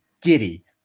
giddy